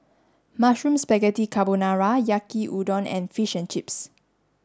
Mushroom Spaghetti Carbonara Yaki Udon and Fish and Chips